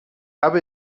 habe